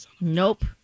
Nope